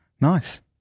Nice